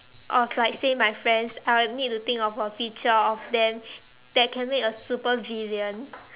of like say my friends I would need to think of a feature of them that can make a supervillain